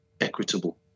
equitable